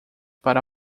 para